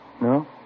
No